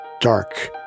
dark